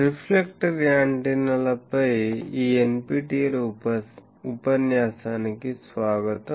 reflector యాంటెన్నాలపై ఈ NPTEL ఉపన్యాసానికి స్వాగతం